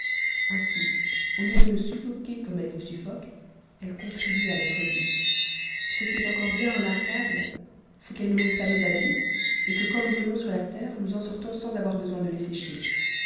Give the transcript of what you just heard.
qsi au lieu de nous susbquer comme elle vous suffoque elle contribue notre vie ce qui est encore bien remarquable c'est qu'elle nemoni pas nos habits et que quand nous venons sur la terre nous en sortons sans avoir besoin de les sécher